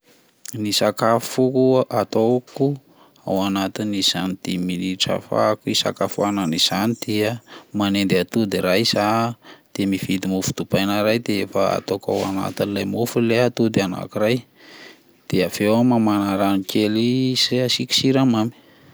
Ny sakafo ataoko ao anaty izany dimy minitra ahafahako hisakafohanana izany dia manendy atody iray zah, de mividy mofo dopaina iray, de efa ataoko ao anaty ny le mofo le atody anakiray de avy eo aho mamana rano kely zay asiko siramamy.